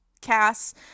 Cass